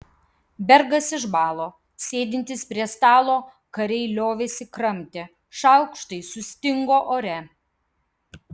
bergas išbalo sėdintys prie stalo kariai liovėsi kramtę šaukštai sustingo ore